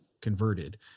converted